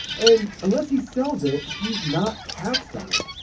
and unless he sells it, he's not taxed on it.